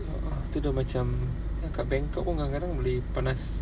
tu dah macam yang kat bangkok kadang-kadang boleh panas